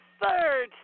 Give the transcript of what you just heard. third